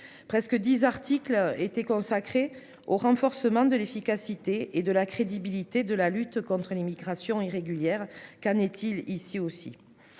Presque 10 articles étaient consacrés au renforcement de l'efficacité et de la crédibilité de la lutte contre l'immigration irrégulière, qu'en est-il. Ici aussi,